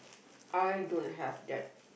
I don't have that